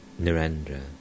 Narendra